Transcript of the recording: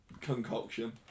concoction